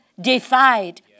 defied